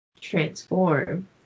transform